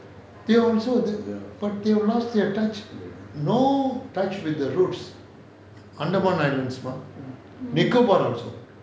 they also but they have lost their touch no touch with the roots andaman islands and nicobar also